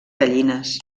gallines